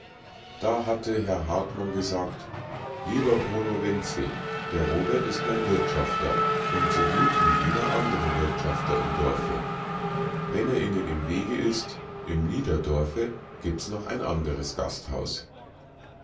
da hatte herr hartmann gesagt lieber bruno wenzel der robert ist mein wirtschafter und so gut wie jeder andere wirtschafter im dorfe wenn er ihnen im wege ist im niederdorfe gibt's noch ein anderes gasthaus